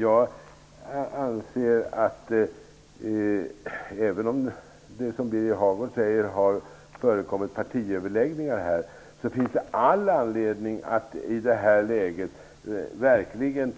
Jag anser att det, även om det som Birger Hagård säger har förekommit partiöverläggningar, finns all anledning att i det här läget verkligen